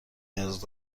نیاز